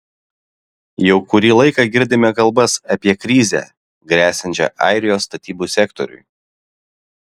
jau kurį laiką girdime kalbas apie krizę gresiančią airijos statybų sektoriui